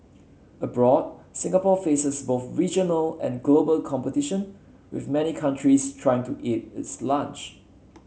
abroad Singapore faces both regional and global competition with many countries trying to eat its lunch